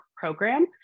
Program